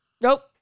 Nope